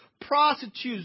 prostitutes